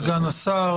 תודה אדוני סגן השר.